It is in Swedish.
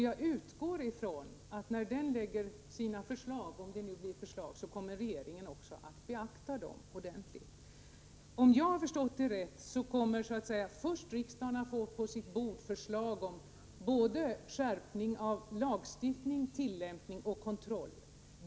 Jag utgår ifrån att när den lägger sina förslag — om det nu blir förslag — så kommer regeringen också att beakta dem ordentligt. Om jag har förstått det rätt, så kommer först riksdagen att på sitt bord få förslag om både lagstiftning, tillämpning och kontroll.